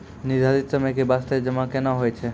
निर्धारित समय के बास्ते जमा केना होय छै?